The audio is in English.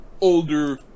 older